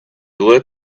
lit